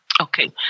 Okay